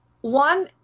one